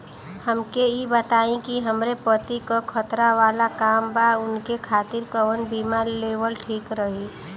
हमके ई बताईं कि हमरे पति क खतरा वाला काम बा ऊनके खातिर कवन बीमा लेवल ठीक रही?